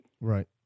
Right